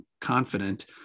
confident